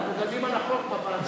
הרי אנחנו דנים על החוק בוועדה.